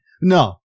No